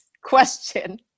question